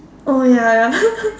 oh ya ya